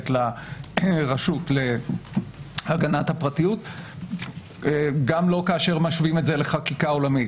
לרשות להגנת הפרטיות גם לא כשמשווים את זה לחקיקה עולמית.